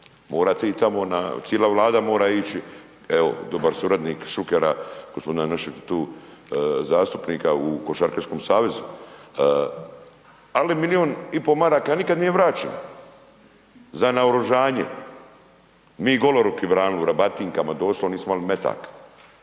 morate ići tamo na, cijela Vlada mora ići, evo dobar suradnik Šukera, gospodina našeg tu zastupnika u Košarkaškom savezu. Ali milijun i pol maraka nikad nije vraćeno za naoružanje. Mi goloruki branili u rabatinkama doslovno, nismo imali metaka.